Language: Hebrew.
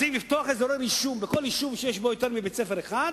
מציעים לפתוח אזורי רישום בכל יישוב שיש בו יותר מבית-ספר אחד,